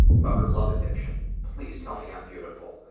about her love addiction please tell me i'm beautiful.